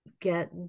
get